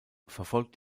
verfolgt